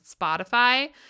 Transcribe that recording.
Spotify